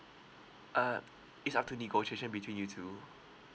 uh it's up to negotiation between you two